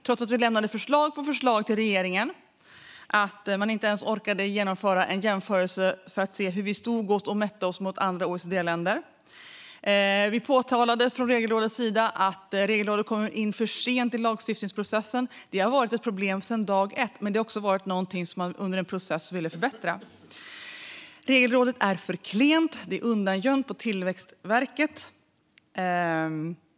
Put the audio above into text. Trots att vi lämnade förslag på förslag till regeringen kunde jag se att man inte ens orkade genomföra en jämförelse för att se hur vi stod oss och mätte oss mot andra OECD-länder. Vi påtalade från Regelrådets sida att Regelrådet kommer in för sent i lagstiftningsprocessen. Detta har varit ett problem sedan dag ett, men det har också varit något som man under en process ville förbättra. Regelrådet är för klent, och det är undangömt på Tillväxtverket.